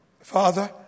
Father